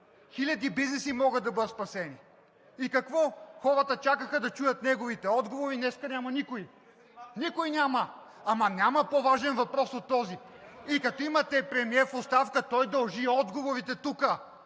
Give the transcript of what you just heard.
Хиляди бизнеси могат да бъдат спасени! Хората чакат да чуят неговите отговори. Днес няма никой, никой няма! Няма по-важен въпрос от този. Имате премиер в оставка, а той дължи отговорите тук